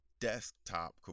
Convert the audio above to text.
desktop